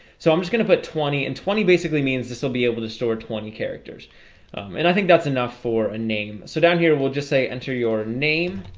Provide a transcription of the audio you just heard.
so i'm just gonna put twenty and twenty basically means this will be able to store twenty characters and i think that's enough for a name so down here. we'll just say enter your name